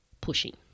pushing